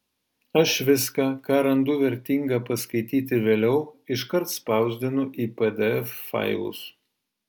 aš viską ką randu vertinga paskaityti vėliau iškart spausdinu į pdf failus